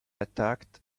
attacked